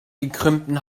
gekrümmten